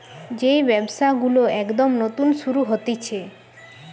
যেই ব্যবসা গুলো একদম নতুন শুরু হতিছে